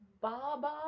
Baba